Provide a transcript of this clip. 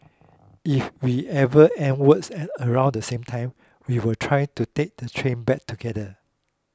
if we ever end work at around the same time we will try to take the train back together